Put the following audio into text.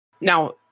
Now